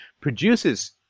produces –